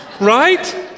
Right